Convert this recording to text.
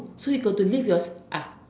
so you got to lift your s~ ah